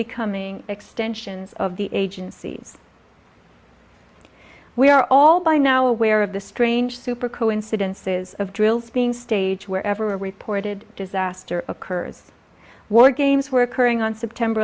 becoming extensions of the agencies we are all by now aware of the strange super coincidences of drills being stage where ever reported disaster occurs wargames were occurring on september